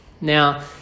Now